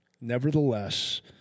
Nevertheless